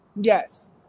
yes